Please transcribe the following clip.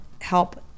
help